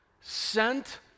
sent